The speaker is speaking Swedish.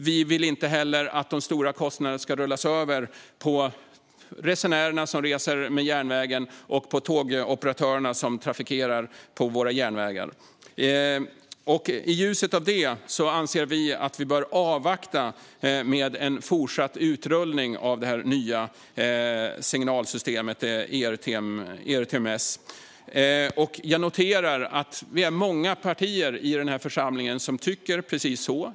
Vi vill inte heller att de stora kostnaderna ska rullas över på dem som reser på järnvägen och på tågoperatörerna som trafikerar våra järnvägar. I ljuset av detta anser vi att vi bör avvakta med en fortsatt utrullning av det nya signalsystemet ERTMS. Jag noterar att vi är många partier i den här församlingen som tycker precis så.